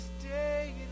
stay